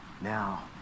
now